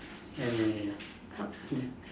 ya ya ya help desk